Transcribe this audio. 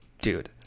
dude